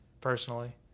personally